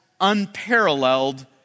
unparalleled